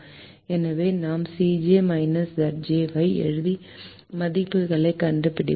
எனவே நாம் Cj Zj ஐ எழுதி மதிப்புகளைக் கண்டுபிடிப்போம்